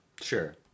Sure